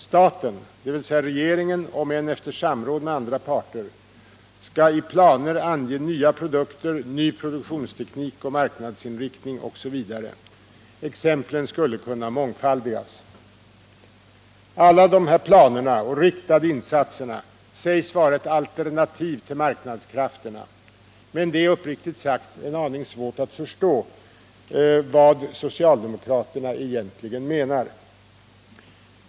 Staten, dvs. regeringen, om än efter samråd med andra parter, skall i planer ange nya produkter, ny produktionsteknik och marknadsinriktning osv. Exemplen skulle kunna mångfaldigas. Alla dessa planer och riktade insatser sägs vara ett alternativ till marknadskrafterna. Men det är, uppriktigt sagt, en aning svårt att förstå vad socialdemokraterna egentligen menar.